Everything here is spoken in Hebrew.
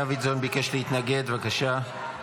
הכנסת דוידסון ביקש להתנגד, בבקשה.